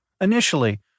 Initially